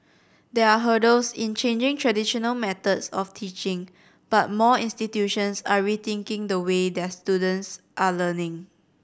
there are hurdles in changing traditional methods of teaching but more institutions are rethinking the way their students are learning